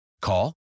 Call